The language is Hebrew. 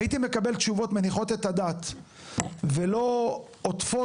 הייתי מקבל תשובות מניחות את הדעת ולא עוטפות